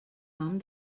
nom